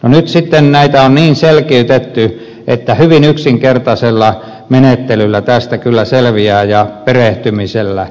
nyt näitä on niin selkeytetty että hyvin yksinkertaisella menettelyllä ja perehtymisellä tästä kyllä selviää